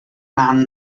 man